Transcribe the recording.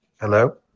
Hello